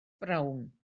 brown